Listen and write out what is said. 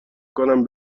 کنم